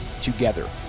together